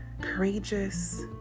courageous